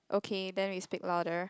okay then we speak louder